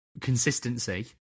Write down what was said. consistency